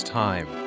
time